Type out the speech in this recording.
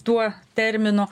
tuo terminu